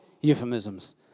euphemisms